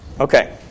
Okay